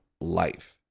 life